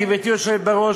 גברתי היושבת בראש,